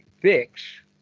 fix